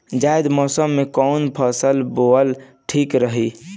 जायद मौसम में कउन फसल बोअल ठीक रहेला?